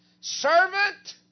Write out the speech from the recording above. servant